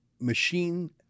machine